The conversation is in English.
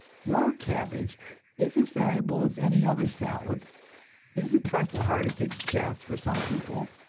raw cabbage is as valuable as any other salad it is a trifle harder to digest for some people,